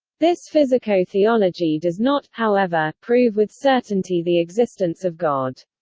this physico-theology does not, however, prove with certainty the existence of god.